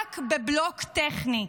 רק בבלוק טכני.